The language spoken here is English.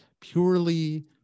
purely